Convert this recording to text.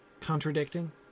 contradicting